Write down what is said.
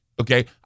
Okay